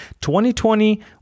2020